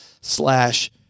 slash